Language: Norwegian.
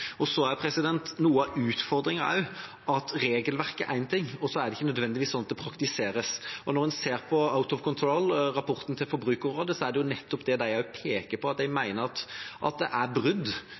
Så er også noe av utfordringen at regelverket er én ting, men det er ikke nødvendigvis sånn at det praktiseres. Når en ser på «Out of Control», rapporten til Forbrukerrådet, er det jo nettopp det de også peker på, at de mener det er brudd.